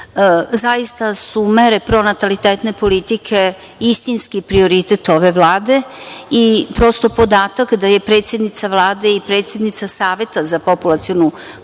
zaista su mere pronatalitetne politike istinski prioritet ove Vlade i prosto podatak da je predsednica Vlade i predsednica Saveta za populacionu politiku